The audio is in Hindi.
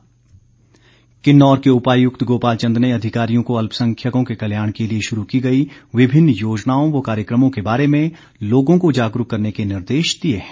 कार्यक्रम किन्नौर के उपायुक्त गोपाल चंद ने अधिकारियों को अल्पसंख्यकों के कल्याण के लिए शुरू की गई विभिन्न योजनाओं व कार्यक्रमों के बारे में लोगों को जागरूक करने के निर्देश दिए हैं